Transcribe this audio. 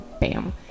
bam